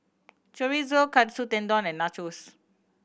Chorizo Katsu Tendon and Nachos